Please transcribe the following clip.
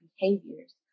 behaviors